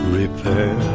repair